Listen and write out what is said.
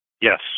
Yes